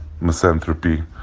misanthropy